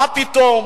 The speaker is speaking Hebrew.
מה פתאום?